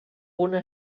una